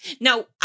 Now